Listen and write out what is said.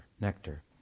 nectar